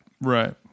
Right